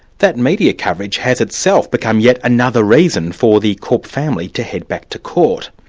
that media coverage has itself become yet another reason for the korp family to head back to court.